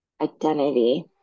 identity